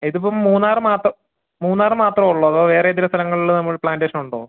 ഇതിപ്പം മൂന്നാർ മാത്രം മൂന്നാർ മാത്രം ഉള്ളോ അതോ വേറെ ഏതെങ്കിലും സ്ഥലങ്ങളിൽ നമ്മൾ പ്ലാൻറേഷൻ ഉണ്ടോ